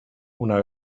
una